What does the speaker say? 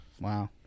Wow